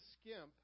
skimp